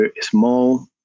small